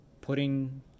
putting